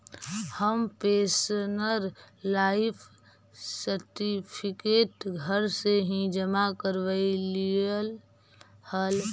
हम pensioner life certificate घर से ही जमा करवइलिअइ हल